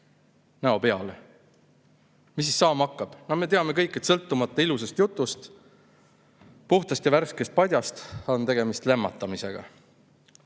näo peale. Mis saama hakkab? Me kõik teame, et sõltumata ilusast jutust, puhtast ja värskest padjast, on tegemist lämmatamisega. Ma